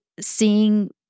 seeing